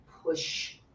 push